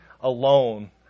alone